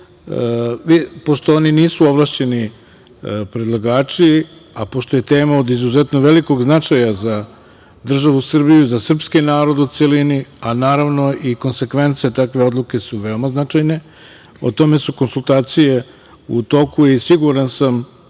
pošto oni nisu ovlašćeni predlagači, a pošto je tema od izuzetno velikog značaja za državu Srbiju i srpski narod u celini, a naravno i konsekvence, a takve odluke su veoma značajne, o tome su konsultacije u toku i siguran sam